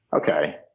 Okay